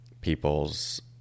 people's